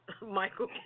Michael